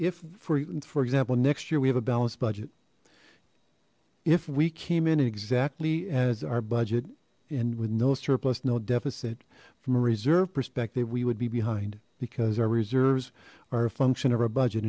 if for example next year we have a balanced budget if we came in and exactly as our budget and with no surplus no deficit from a reserve perspective we would be behind because our reserves are a function of a budget